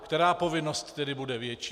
Která povinnost tedy bude větší?